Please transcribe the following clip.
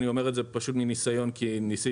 אני אומר את זה פשוט מניסיון כי ניסיתי